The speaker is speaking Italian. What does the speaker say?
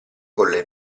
colle